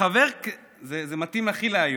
זה הכי להיום: